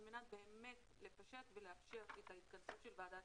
על מנת באמת לפשט ולאפשר את ההתכנסות של ועדת